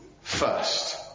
first